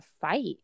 fight